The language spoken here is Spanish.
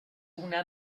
una